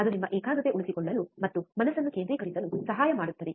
ಅದು ನಮ್ಮ ಏಕಾಗ್ರತೆ ಉಳಿಸಿಕೊಳ್ಳಲು ಮತ್ತು ಮನಸ್ಸನ್ನು ಕೇಂದ್ರೀಕರಿಸಲು ಸಹಾಯ ಮಾಡುತ್ತದೆ